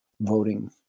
voting